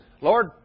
Lord